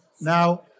Now